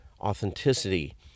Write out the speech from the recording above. authenticity